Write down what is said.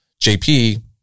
JP